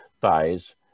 thighs